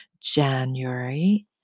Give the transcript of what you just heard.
January